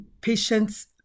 patients